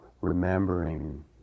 remembering